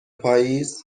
پاییز